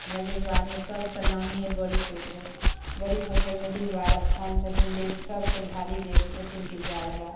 हमरा जजुवार मे सभसँ नामी अइ बड़ी पोखरि बड़ी पोखरिमे डिहबार स्थान छथिन देव सभसँ भारी देव छथिन डिहबार बाबा